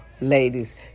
ladies